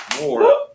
more